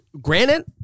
granite